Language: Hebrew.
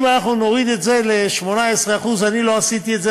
אם אנחנו נוריד את זה ל-18% אני לא עשיתי את זה,